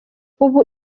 ubu